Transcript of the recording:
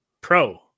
Pro